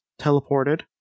teleported